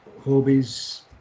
hobbies